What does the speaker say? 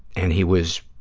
and he was